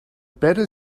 better